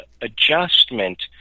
adjustment